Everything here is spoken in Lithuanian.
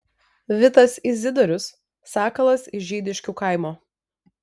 vitas izidorius sakalas iš žydiškių km